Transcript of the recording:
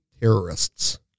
terrorists